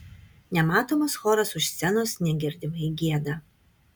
nematomas choras už scenos negirdimai gieda